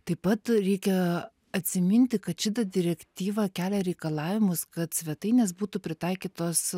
taip pat reikia atsiminti kad šita direktyva kelia reikalavimus kad svetainės būtų pritaikytos